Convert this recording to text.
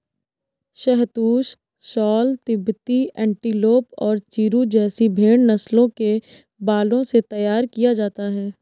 शहतूश shawl तिब्बती antelope और चिरु जैसी भेड़ नस्लों के बालों से तैयार किया जाता है